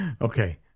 Okay